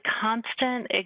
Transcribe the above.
constant